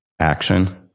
Action